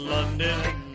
London